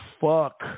fuck